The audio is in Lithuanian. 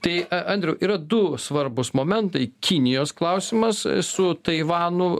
tai andriau yra du svarbūs momentai kinijos klausimas su taivanu